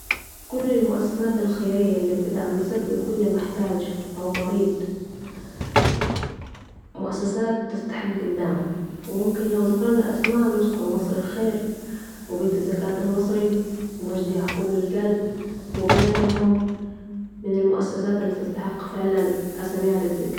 كل المؤسسات الخيرية الي بتدعم بصدق كل محتاج أو مريض مؤسسات تستحق الدعم ممكن لو ذكرنا اسماء نذكر مصر الخير و بيت الزكاة المصري و مجدي يعقوب للقلب وغيرهم، من المؤسسات الي تستحق فعلاً أساميها تتذكر